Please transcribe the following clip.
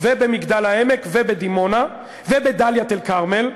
ובמגדל-העמק ובדימונה ובדאלית-אל-כרמל,